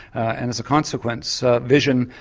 and as a consequence vision,